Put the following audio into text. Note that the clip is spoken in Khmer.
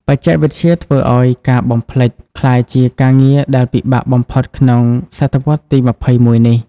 បច្ចេកវិទ្យាធ្វើឱ្យការ "បំភ្លេច" ក្លាយជាការងារដែលពិបាកបំផុតនៅក្នុងសតវត្សទី ២១ នេះ។